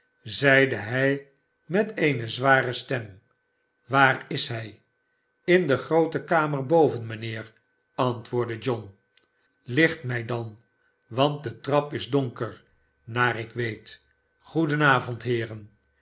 zeide hij met eene zware stem waar is hij in de groote kamer boven mijnheer antwoordde john slichtmij dan want de trap is donker naar ik weet goeden avond heeren